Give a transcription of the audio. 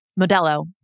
Modelo